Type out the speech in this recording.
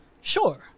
Sure